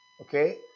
Okay